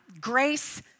grace